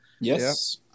Yes